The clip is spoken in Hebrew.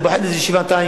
אני פוחד מזה שבעתיים,